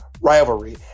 rivalry